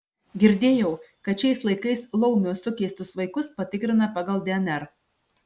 girdėjau kad šiais laikais laumių sukeistus vaikus patikrina pagal dnr